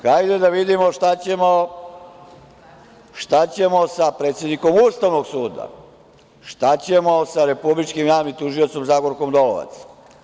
Hajde da vidimo šta ćemo sa predsednikom Ustavnog suda, šta ćemo sa republičkim javnim tužiocem Zagorkom Dolovac.